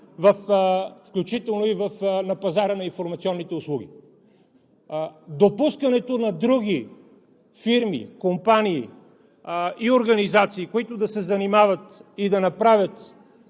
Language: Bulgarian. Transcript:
включително и на пазара на информационните услуги. Допускането на други фирми, компании и организации, които да се занимават и да направят